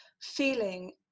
feeling